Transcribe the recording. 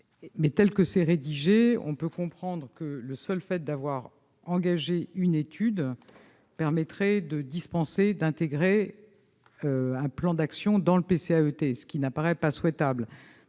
tel qu'il est rédigé, on peut comprendre que le seul fait d'avoir engagé une étude permettrait de dispenser d'intégrer un plan d'action dans le cadre du PCAET, ce qui ne paraît pas souhaitable.